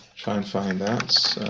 try and find that.